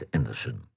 Anderson